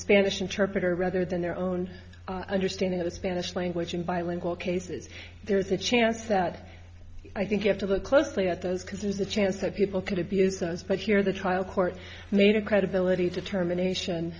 spanish interpreter rather than their own understanding of the spanish language in bilingual cases there's a chance that i think you have to look closely at those because there's a chance that people could abuse us but here the trial court made a credibility to termination